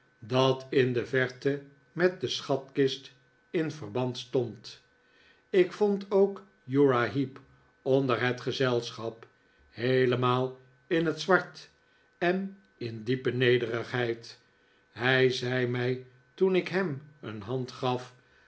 dat in de verte met de schatkist in verband stond ik vond ook uriah heep onder het gezelschap heelemaal in het zwart en in diepe nederigheid hij zei mij toen ik hem een hand gaf